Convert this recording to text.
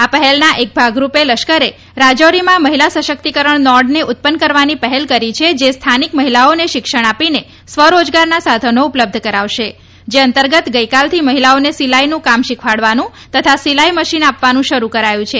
આ પહેલના એક ભાગરૂપે લશ્કરે રાજારીમાં મહિલા સશરેક્તકરણ નોડને ઉન્નત કરવાની પહેલ કરી છે જે સ્થાનિક મહિલાઓને શિક્ષણ આપીને સ્વરોજગારના સાધનો ઉપલબ્ધ કરાવશે જે અંતર્ગત ગઈકાલથી મહિલાઓને સિલાઈનું કામ શીખવાડવાનું તથા સિલાઈ મશીન આપવાનું શરૂ કરાયું છે